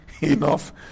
enough